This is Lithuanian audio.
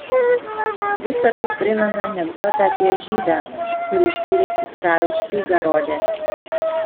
visa tai primena anekdotą apie žydą kuris gyrėsi carui špygą rodęs